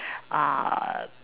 uh